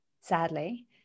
sadly